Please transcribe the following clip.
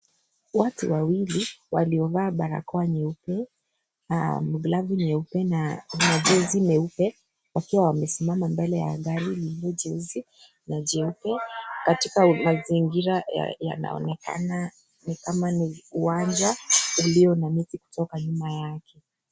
Watu wawili waliovaa barakoa nyeupe na glavu nyeupe na majezi meupe wakiwa wamesimama mbele ya gari lililo jeusi na jeupe katika mazingira yanaonekana ni uwanja ulio na miti kutoka nyuma yake.